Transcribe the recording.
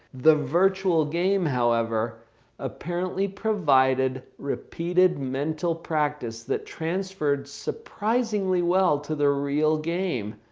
the virtual game however apparently provided repeated mental practice that transferred surprisingly well to the real game.